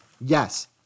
Yes